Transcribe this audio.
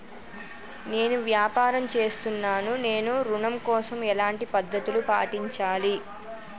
నేను వ్యాపారం చేస్తున్నాను నేను ఋణం కోసం ఎలాంటి పద్దతులు పాటించాలి?